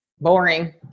Boring